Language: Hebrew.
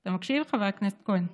אתה מקשיב, חבר הכנסת כהן?